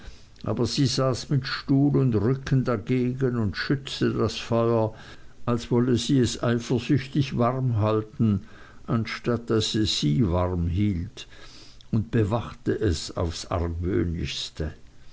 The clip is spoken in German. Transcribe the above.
aber sie saß mit stuhl und rücken dagegen und schützte das feuer als wolle sie es eifersüchtig warm halten anstatt daß es sie warm hielt und bewachte es aufs argwöhnischste